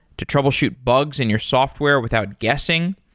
to troubleshoot bugs in your software without guessing.